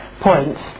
points